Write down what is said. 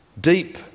deep